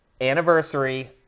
anniversary